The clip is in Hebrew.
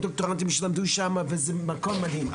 דוקטורנטים שלמדו שמה וזה מקום מדהים,